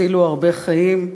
תצילו הרבה חיים,